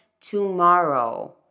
tomorrow